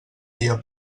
dia